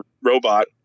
Robot